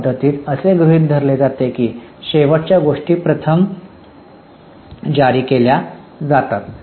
LIFO पद्धतीत असे गृहित धरले जाते की शेवटच्या गोष्टी प्रथम जारी केल्या जातात